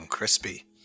Crispy